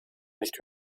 nicht